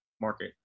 market